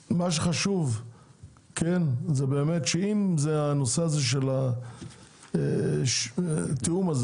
מה שחשוב זה שאם הנושא של התיאום הזה